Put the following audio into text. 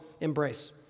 embrace